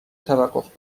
توقف